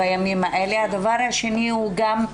הדבר השני הוא גם,